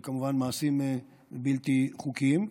אלה כמובן מעשים בלתי חוקיים.